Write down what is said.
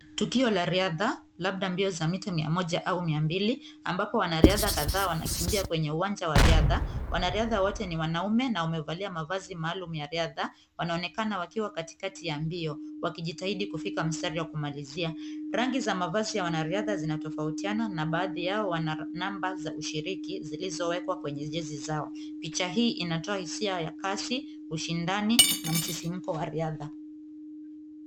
Tukio la riadha, labda mbio za mita mia moja au mia mbili ambapo wanariadha kadhaa wanakimbia kwenye uwanja wa riadha. Wanariadha wote ni wanaume na wamevalia mavazi maalum ya riadha. Wanaonekana wakiwa katikati ya mbio wakijitahidi kufika msitari ya kumalizia. Rangi za mavazi ya wanariadha zinatofautiana na baadhi yao wana namba za ushiriki, zilizowekwa kwenye jezi zao. Picha hii inatoa hisia ya kasi, ushindani na msisimko wa riadha.